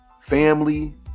family